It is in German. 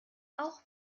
auch